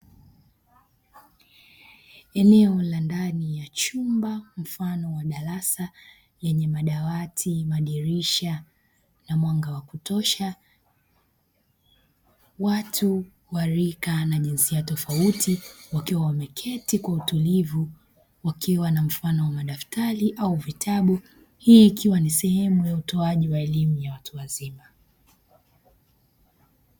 Eneo la ndani ya chumba mfano wa darasa yenye madawati, madirisha na mwanga wa kutosha. Watu wa rika na jinsia tofauti wakiwa wameketi kwa utulivu wakiwa na mfano wa madaftari au vitabu, hii ikiwa ni sehemu ya utoaji wa elimu ya watu wazima.